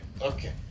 Okay